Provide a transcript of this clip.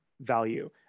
value